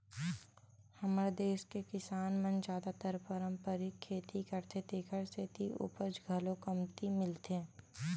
हमर देस के किसान मन जादातर पारंपरिक खेती करथे तेखर सेती उपज घलो कमती मिलथे